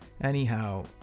Anyhow